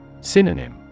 Synonym